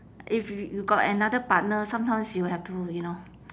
if you you got another partner sometimes you will have to you know